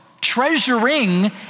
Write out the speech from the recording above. Treasuring